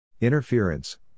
Interference